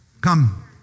Come